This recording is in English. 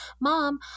mom